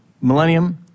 millennium